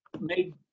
made